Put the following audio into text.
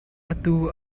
atu